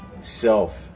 self